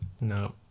No